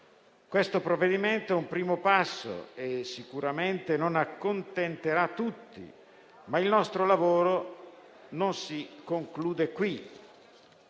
Questo provvedimento è un primo passo che sicuramente non accontenterà tutti, ma il nostro lavoro non si conclude qui.